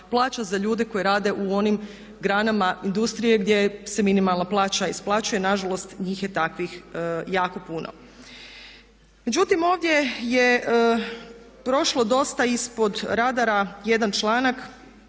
plaća za ljude koji rade u onim granama industrije gdje se minimalna plaća isplaćuje nažalost njih je takvih jako puno. Međutim, ovdje je prošlo dosta ispod radara jedan članak